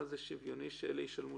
זה שוויוני שאלה יקבלו